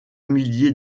millier